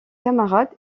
camarades